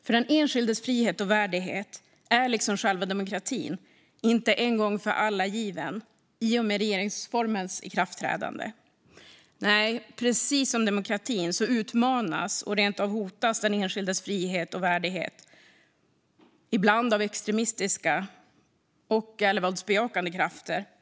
För den enskildes frihet och värdighet är, liksom själva demokratin, inte en gång för alltid given i och med regeringsformens ikraftträdande. Nej, precis som demokratin utmanas och rentav hotas den enskildes frihet och värdighet. Ibland hotas de av extremistiska eller våldsbejakande krafter.